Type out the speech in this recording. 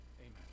Amen